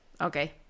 Okay